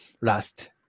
last